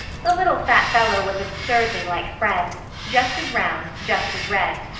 the little fat fellow was absurdly like fred just as round, just as red.